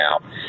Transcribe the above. now